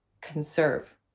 conserve